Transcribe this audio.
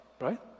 right